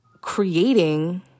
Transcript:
creating